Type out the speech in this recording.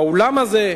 באולם הזה,